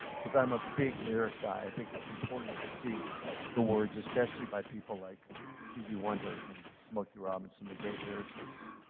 because i'm a big lyric guy. i think it's important to see the words, especially by people like stevie wonder and smokey robinson, the great lyricists.